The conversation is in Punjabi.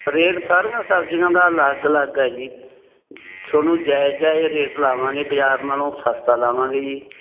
ਰੇਟ ਸਾਰੀਆਂ ਸਬਜ਼ੀਆਂ ਦਾ ਅਲੱਗ ਅਲੱਗ ਹੈ ਜੀ ਤੁਹਾਨੂੰ ਜਾਇਜ਼ ਜਾਇਜ਼ ਰੇਟ ਲਗਾਵਾਂਗੇ ਬਾਜ਼ਾਰ ਨਾਲੋਂ ਸਸਤਾ ਲਗਾਵਾਂਗੇ ਜੀ